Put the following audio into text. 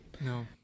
No